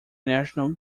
national